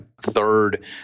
Third